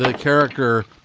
like character.